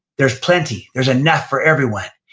there's plenty. there's enough for everyone.